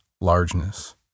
largeness